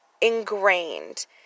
ingrained